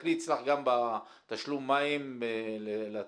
תסתכלי אצלך גם בתשלום מים לתאגיד,